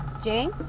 jane